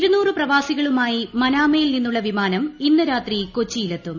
ഇരുനൂറ് പ്രവാസികളുമായി മനാമയിൽ നിന്നുള്ള വിമാനം ഇന്ന് രാത്രി കൊച്ചിയിലെത്തും